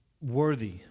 worthy